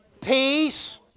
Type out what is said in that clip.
peace